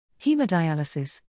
Hemodialysis